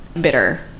bitter